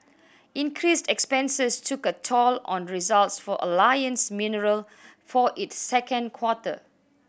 increased expenses took a toll on results for Alliance Mineral for its second quarter